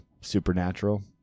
Supernatural